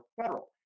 federal